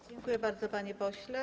Dziękuję bardzo, panie pośle.